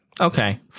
Okay